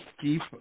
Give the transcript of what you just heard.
keep